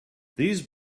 these